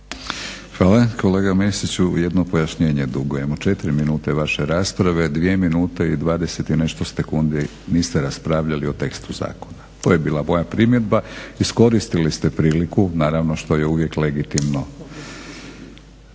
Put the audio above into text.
Hvala. Kolega Mesiću jedno pojašnjenje dugujemo. 4 minute vaše rasprave, 2 minute i 20 i nešto sekundi niste raspravljali o tekstu zakona. To je bila moja primjedba, iskoristili ste priliku, naravno što je uvijek legitimno.